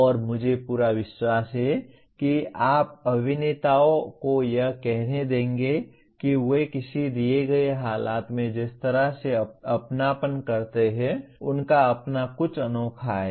और मुझे पूरा विश्वास है कि आप अभिनेताओं को यह कहने देंगे कि वे किसी दिए गए हालात में जिस तरह से अपनापन करते हैं उनका अपना कुछ अनोखा है